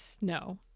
No